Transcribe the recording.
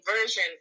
version